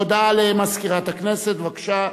הודעה למזכירת הכנסת, בבקשה.